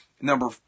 number